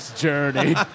journey